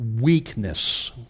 weakness